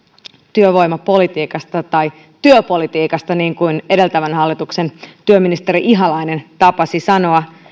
työvoimapolitiikasta tai työpolitiikasta niin kuin edeltävän hallituksen työministeri ihalainen tapasi sanoa